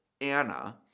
Anna